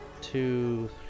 Two